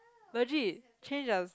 legit change the